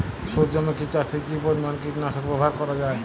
সূর্যমুখি চাষে কি পরিমান কীটনাশক ব্যবহার করা যায়?